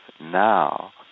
now